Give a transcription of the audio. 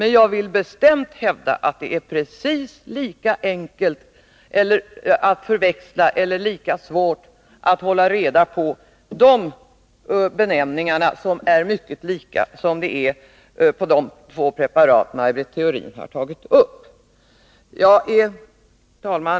Men jag vill bestämt hävda att det är precis lika enkelt att förväxla eller lika svårt att hålla isär dessa beteckningar, som är mycket lika, som de två preparatnamn Maj Britt Theorin har tagit upp. Herr talman!